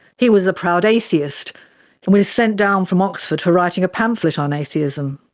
he was a proud atheist and was sent down from oxford for writing a pamphlet on atheism.